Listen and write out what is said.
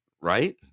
right